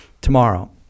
Tomorrow